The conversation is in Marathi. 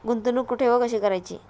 गुंतवणूक कुठे व कशी करायची?